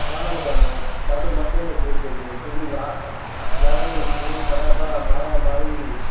छा ॿुधायां ॾाढो मथे में सूरु पइजी वियो केॾी लड़ाई खून खराबा मारा मारी